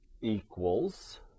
equals